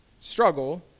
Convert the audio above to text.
struggle